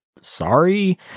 sorry